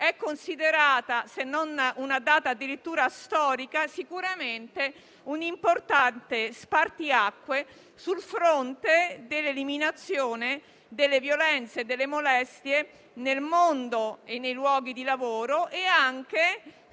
considerata, se non una data addirittura storica, sicuramente un importante spartiacque sul fronte dell'eliminazione delle violenze e delle molestie nel mondo e nei luoghi di lavoro e anche